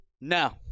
No